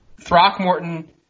Throckmorton